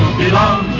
belong